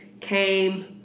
came